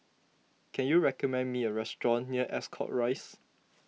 can you recommend me a restaurant near Ascot Rise